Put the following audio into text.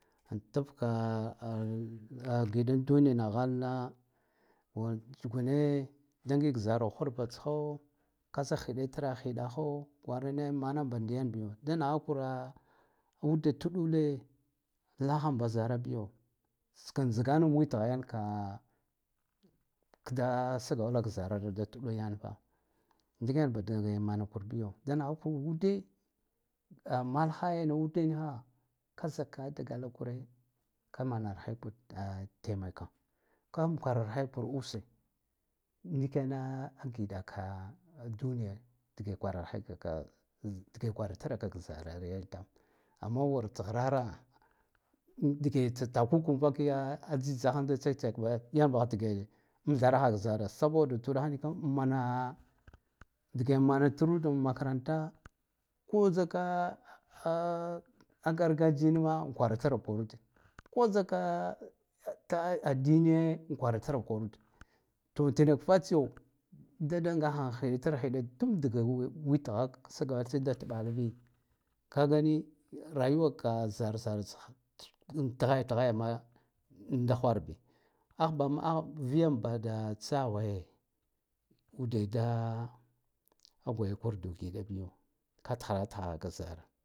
An tab ka an gidan dunina ghalna wur tsugune da ngik zara ghurvatsgho ka zik ghiɗatraghidakho kwarane manama ba diyan biyo da nagha kura udat ɗule lakham ba zarabiyo tskan tsgana witghaka kda sgawalk zarar dat ɗule yanfa ndiken ba degemana kar biyo da nakhakur dude a malkhaya nivud kina ka zikka dgal kure kamar hekur da temaka ka kwarahekur use ndikene ngiɗaka an duniya dige kwarar heka ka dige kwarartraka k zarar yan tam amma wur tsghrara in dige tsa takuka vakiya tsitsaranda tsatsak ba ya bagh dige mtharahak zara saboda tuɗakh niko mana dike mana truda makaranta ko zika a gargajiyam an kwaratrakwakid ko zika addiniye an kwara tra kwarud to tenak fatsiyo da dan gakha khiɗatra khiɗa tun dgak witghak sagatsin dat mɓalabi kagani rayuwa zarzartsha in tghayat yaghaya ma an da khwarbi "alchban-aghb” viyam da tsagwe ude da gwaikurdu giɗa biyo ka tkhara rkhaha kzaro.